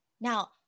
Now